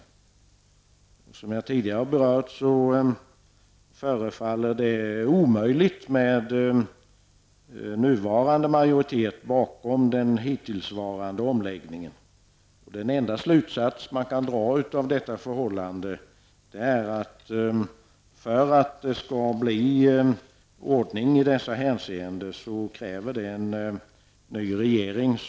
Men som jag tidigare berört förefaller detta vara omöjligt, med nuvarande majoritet bakom den hittillsvarande omläggningen. Den enda slutsats man kan dra av detta förhållande är att för att det skall bli ordning i dessa hänseenden krävs det en ny regering.